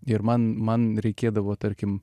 ir man man reikėdavo tarkim